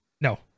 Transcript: No